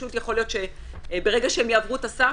ופשוט יכול להיות שברגע שהן יעברו את הסף,